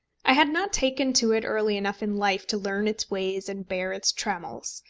i had not taken to it early enough in life to learn its ways and bear its trammels.